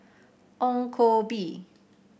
Ong Koh Bee